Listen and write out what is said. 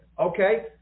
Okay